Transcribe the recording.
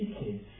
kids